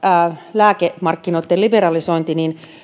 lääkemarkkinoitten liberalisointi niin